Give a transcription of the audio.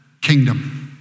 kingdom